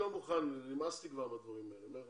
נמאס לי כבר מהדברים האלה.